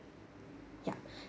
ya